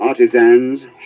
Artisans